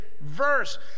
verse